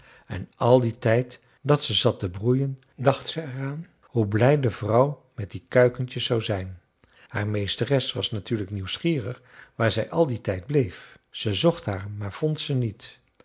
en al dien tijd dat ze zat te broeien dacht zij er aan hoe blij de vrouw met die kuikentjes zou zijn haar meesteres was natuurlijk nieuwsgierig waar zij al dien tijd bleef ze zocht haar maar vond ze niet